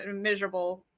miserable